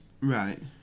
Right